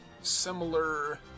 similar